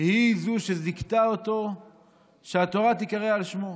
היא שזיכתה אותו שהתורה תיקרא על שמו.